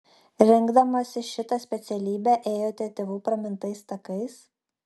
rinkdamasi šitą specialybę ėjote tėvų pramintais takais